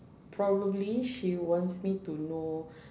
probably she wants me to know